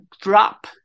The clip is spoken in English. drop